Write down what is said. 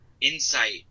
insight